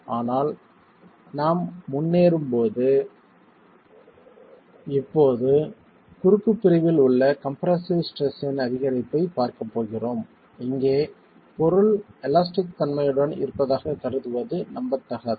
ஆனால் நாம் முன்னேறும்போது இப்போது குறுக்கு பிரிவில் உள்ள கம்ப்ரசிவ் ஸ்ட்ரெஸ் ன் அதிகரிப்பைப் பார்க்கப் போகிறோம் இங்கே பொருள் எலாஸ்டிக் தன்மையுடன் இருப்பதாகக் கருதுவது நம்பத்தகாதது